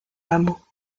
hameau